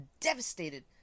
devastated